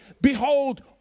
Behold